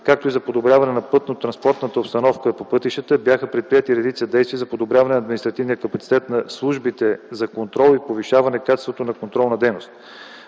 както и за подобряване на пътнотранспортната обстановка по пътищата, бяха предприети редица действия за подобряване на административния капацитет на службите за контрол и повишаване качеството на контролна дейност.